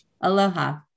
Aloha